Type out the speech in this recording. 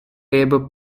labor